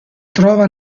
trova